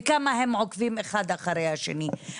וכמה הם עוקבים אחד אחרי השני.